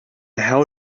how